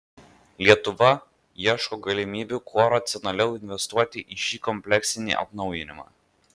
lietuva ieško galimybių kuo racionaliau investuoti į šį kompleksinį atnaujinimą